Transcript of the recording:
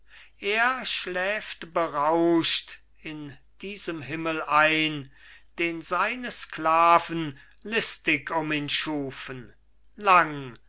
er schläft berauscht in diesem himmel ein den seine sklaven listig um ihn schufen lang